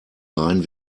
rein